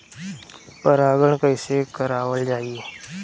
परागण कइसे करावल जाई?